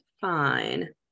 fine